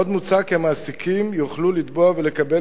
עוד מוצע כי המעסיקים יוכלו לתבוע ולקבל